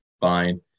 fine